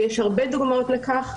ויש הרבה דוגמאות לכך.